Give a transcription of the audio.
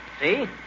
See